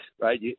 right